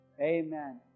Amen